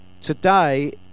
Today